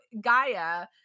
Gaia